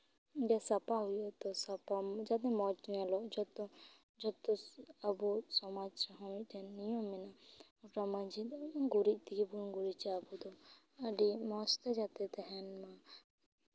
ᱚᱸᱰᱮ ᱥᱟᱯᱟ ᱦᱩᱭᱩᱜᱼᱟ ᱛᱚ ᱥᱟᱯᱟ ᱡᱟᱛᱮ ᱢᱚᱡᱽ ᱧᱮᱞᱚᱜ ᱡᱚᱛᱚ ᱡᱚᱛᱚ ᱟᱵᱚ ᱥᱚᱢᱟᱡᱽ ᱦᱚᱸ ᱢᱤᱫᱴᱟᱝ ᱱᱤᱭᱚᱢ ᱢᱮᱱᱟᱜᱼᱟ ᱵᱟᱝᱠᱷᱟᱱ ᱢᱟᱺᱰᱷᱤ ᱜᱩᱨᱤᱡ ᱛᱮᱜᱮ ᱵᱚᱱ ᱜᱩᱨᱤᱡᱟ ᱟᱵᱚ ᱫᱚ ᱟᱹᱰᱤ ᱢᱚᱡᱽ ᱛᱮ ᱡᱟᱛᱮ ᱛᱟᱦᱮᱱ ᱢᱟ